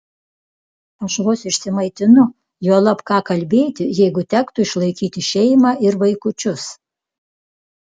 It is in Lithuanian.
aš vos išsimaitinu juolab ką kalbėti jeigu tektų išlaikyti šeimą ir vaikučius